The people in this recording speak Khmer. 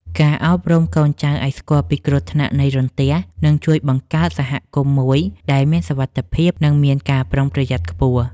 ការអប់រំកូនចៅឱ្យស្គាល់ពីគ្រោះថ្នាក់នៃរន្ទះនឹងជួយបង្កើតសហគមន៍មួយដែលមានសុវត្ថិភាព និងមានការប្រុងប្រយ័ត្នខ្ពស់។